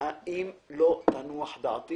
אם לא תנוח דעתי